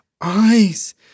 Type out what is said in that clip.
eyes